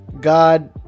God